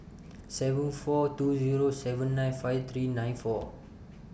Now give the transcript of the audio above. seven four two Zero seven nine five three nine four